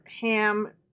Ham